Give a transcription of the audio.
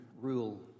rule